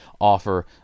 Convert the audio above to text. offer